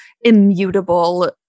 immutable